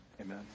amen